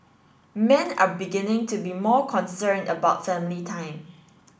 men are beginning to be more concerned about family time